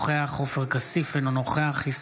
אינו נוכח עופר כסיף,